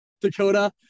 Dakota